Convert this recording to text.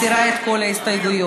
מסירה את כל ההסתייגויות.